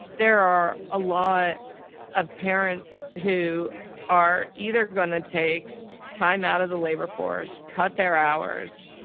there are a lot of parents who are either going to take time out of the labor force, cut their hours,